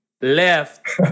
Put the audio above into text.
left